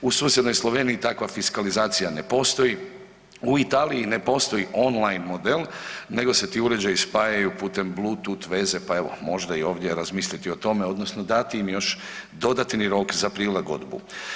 U susjednoj Sloveniji takva fiskalizacija ne postoji, u Italiji ne postoji on line model nego se ti uređaji spajaju putem bluetooth veze pa evo možda i ovdje razmisliti o tome odnosno dati im još dodatni rok za prilagodbu.